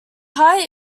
height